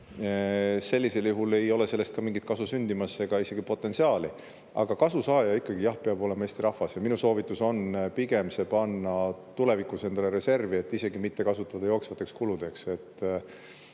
Sellisel juhul ei ole sellest mingit kasu sündimas ega isegi selle potentsiaali. Aga kasusaaja ikkagi, jah, peab olema Eesti rahvas. Minu soovitus on [tulu] pigem panna tulevikuks endale reservi, isegi mitte kasutada jooksvateks kuludeks.